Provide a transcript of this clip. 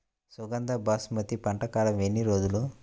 సుగంధ బాసుమతి పంట కాలం ఎన్ని రోజులు?